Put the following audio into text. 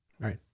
Right